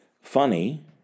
funny